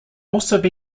also